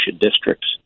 Districts